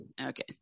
Okay